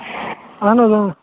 اَہَن حظ اۭں